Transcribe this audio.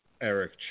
Eric